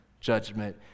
judgment